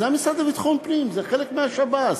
זה המשרד לביטחון פנים, זה חלק מהשב"ס.